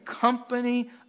company